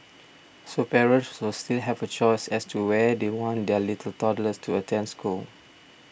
so parents will still have a choice as to where they want their little toddlers to attend school